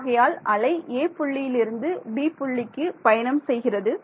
ஆகையால் அலை 'a' புள்ளியிலிருந்து 'b' புள்ளிக்கு பயணம் செய்கிறது